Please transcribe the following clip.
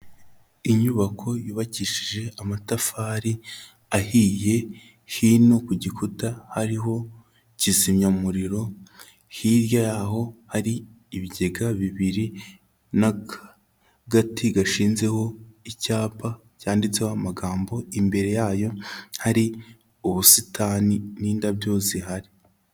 Inyubako yubakishije amatafari ahiye, hino ku gikuta hariho kizimyamuriro, hirya yaho hari ibigega bibiri n'agati gashinzeho icyapa cyanditseho amagambo, imbere yayo hari ubusitani n'indabyo zihari.